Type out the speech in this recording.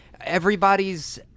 Everybody's